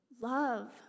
love